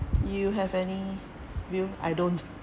you have any view I don't